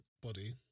body